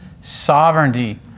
sovereignty